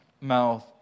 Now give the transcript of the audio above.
mouth